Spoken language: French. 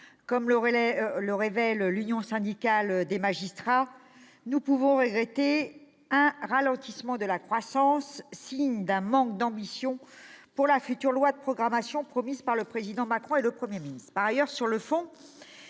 comme le révèle l'Union syndicale des magistrats, nous pouvons regretter un « ralentissement de la croissance », signe d'un « manque d'ambition pour la future loi de programmation » promise par le Président Macron et le Premier ministre.